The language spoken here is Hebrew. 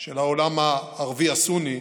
של העולם הערבי הסוני.